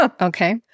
Okay